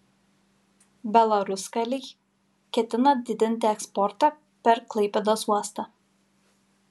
belaruskalij ketina didinti eksportą per klaipėdos uostą